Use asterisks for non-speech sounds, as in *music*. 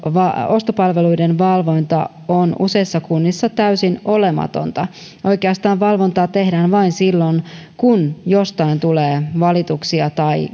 ostopalveluiden valvonta on useissa kunnissa täysin olematonta oikeastaan valvontaa tehdään vain silloin kun jostain tulee valituksia tai *unintelligible*